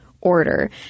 order